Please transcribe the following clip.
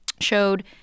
showed